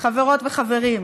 חברות וחברים,